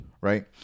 Right